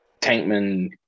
Tankman